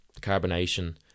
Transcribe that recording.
carbonation